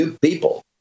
people